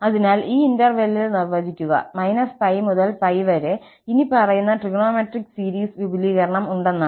അതിനാൽ ഈ ഇന്റർവെല്ലിൽ നിർവ്വചിക്കുക π മുതൽ π വരെ ഇനിപ്പറയുന്ന ട്രിഗണോമെട്രിക് സീരീസ് വിപുലീകരണം ഉണ്ടെന്നാണ്